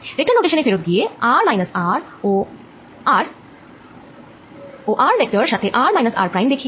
vector notation এ ফেরত গিয়ে r r আর r ও r ভেক্টর সাথে r r প্রাইম দেখি